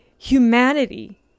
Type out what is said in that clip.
humanity